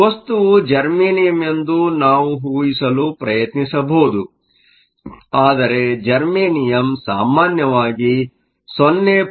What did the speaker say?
ವಸ್ತುವು ಜರ್ಮೇನಿಯಮ್ ಎಂದು ನಾವು ಊಹಿಸಲು ಪ್ರಯತ್ನಿಸಬಹುದು ಆದರೆ ಜರ್ಮೇನಿಯಮ್ ಸಾಮಾನ್ಯವಾಗಿ 0